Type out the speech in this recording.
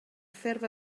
ffurf